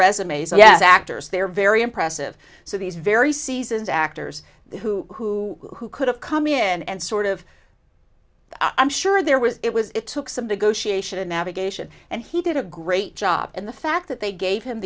resumes oh yes actors they're very impressive so these very seasoned actors who could have come in and sort of i'm sure there was it was it took some negotiation and navigation and he did a great job in the fact that they gave him